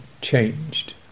changed